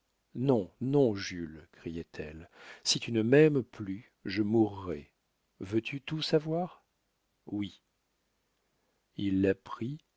non non jules criait-elle si tu ne m'aimes plus je mourrai veux-tu tout savoir oui il la prit